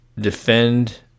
defend